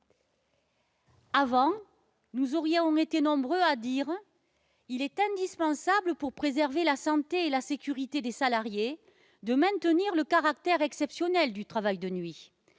Avant, nous aurions été nombreux à dire qu'il était indispensable, pour préserver la santé et la sécurité des salariés, de maintenir le caractère exceptionnel du travail de nuit.